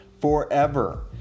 Forever